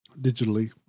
digitally